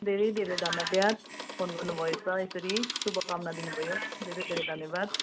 धेरै धेरै धन्यवाद फोन गर्नु भएछ सरी शुभकामना दिनु भयो धेरै धेरै धन्यवाद